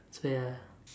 so ya